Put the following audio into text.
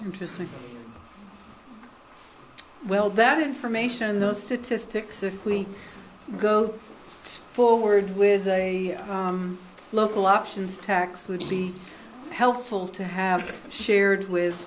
interesting well that information those statistics if we go forward with a local options tax would be helpful to have shared with